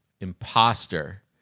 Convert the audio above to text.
imposter